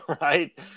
Right